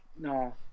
No